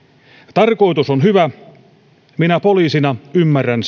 tarkoitus on hyvä minä poliisina ymmärrän